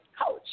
coach